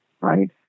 right